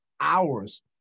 hours